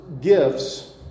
gifts